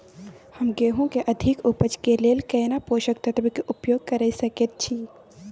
हम गेहूं के अधिक उपज के लेल केना पोषक तत्व के उपयोग करय सकेत छी?